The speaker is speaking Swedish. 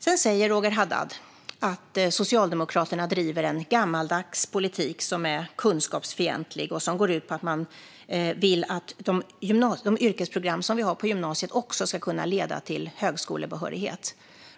Roger Haddad säger att Socialdemokraterna driver en gammaldags politik som är kunskapsfientlig och som går ut på att man vill att de yrkesprogram som vi har på gymnasiet också ska kunna leda till högskolebehörighet.